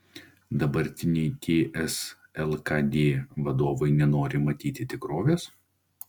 dabartiniai ts lkd vadovai nenori matyti tikrovės